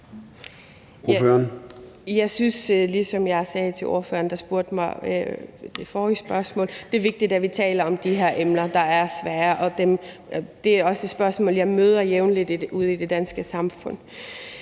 Jeg synes, ligesom jeg sagde til spørgeren, der stillede det forrige spørgsmål til mig, at det er vigtigt, at vi taler om de her emner, der er svære. Det er også et spørgsmål, jeg møder jævnligt ude i det danske samfund.